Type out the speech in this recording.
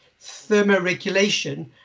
thermoregulation